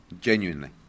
Genuinely